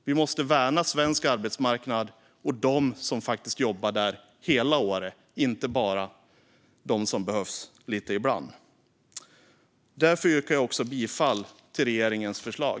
Vi måste värna svensk arbetsmarknad och dem som faktiskt jobbar där hela året och inte bara dem som behövs ibland. Därför yrkar jag bifall till regeringens förslag.